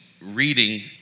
reading